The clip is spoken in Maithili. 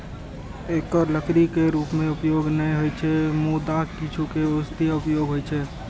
एकर लकड़ी के रूप मे उपयोग नै होइ छै, मुदा किछु के औषधीय उपयोग होइ छै